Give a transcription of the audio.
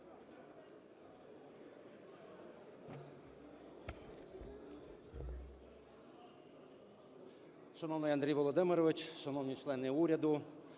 Шановний Андрій Володимирович, шановні члени уряду,